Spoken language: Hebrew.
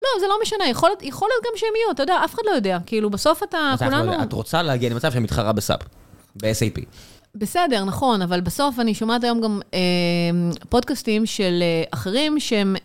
לא, זה לא משנה, יכול להיות גם שהם יהיו, אתה יודע, אף אחד לא יודע. כאילו בסוף אתה, כולנו... אתה רוצה להגיע למצב שמתחרה בסאפ, ב-SAP. בסדר, נכון, אבל בסוף אני שומעת היום גם פודקאסטים של אחרים שהם...